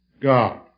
God